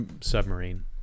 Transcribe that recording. submarine